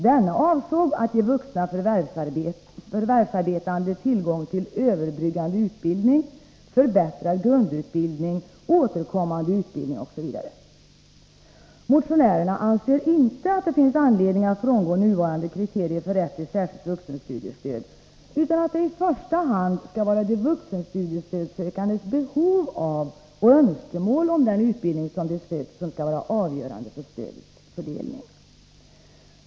Denna avsåg att ge vuxna förvärvsarbetande tillgång till överbryggande utbildning, förbättrad grundutbildning, återkommande utbildning osv. Motionärerna anser inte att det finns anledning att frångå nuvarande kriterier för rätt till särskilt vuxenstudiestöd, utan att det i första hand skall vara de vuxenstudiestödssökandes behov av och önskemål om den utbildning som de sökt som skall vara avgörande för stödets fördelning.